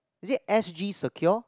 is it S_G secure